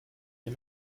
wir